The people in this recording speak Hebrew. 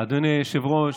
אדוני היושב-ראש,